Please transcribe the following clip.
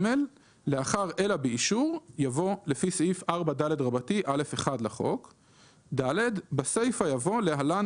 לאחר "אלא באישור" יבוא "לפי סעיף 4ד(א1) לחוק"; בסיפה יבוא "(להלן,